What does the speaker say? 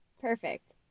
Perfect